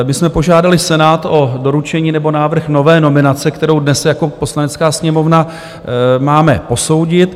My jsme požádali Senát o doručení nebo návrh nové nominace, kterou dnes jako Poslanecká sněmovna máme posoudit.